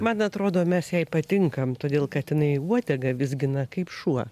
man atrodo mes jai patinkam todėl kad jinai uodegą vizgina kaip šuo